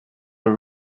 were